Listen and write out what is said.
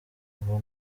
ubu